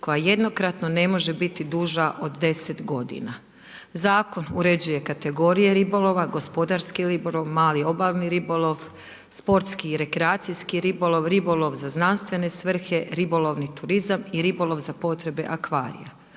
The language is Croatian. koja jednokratno ne može biti duža od 10 godina. Zakon uređuje kategorije ribolova, gospodarski ribolov, mali obalni ribolov, sportski i rekreacijski ribolov, ribolov za znanstvene svrhe, ribolovni turizam i ribolov za potrebe akvarija.